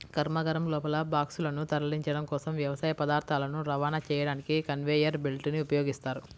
కర్మాగారం లోపల బాక్సులను తరలించడం కోసం, వ్యవసాయ పదార్థాలను రవాణా చేయడానికి కన్వేయర్ బెల్ట్ ని ఉపయోగిస్తారు